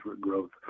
growth